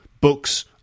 books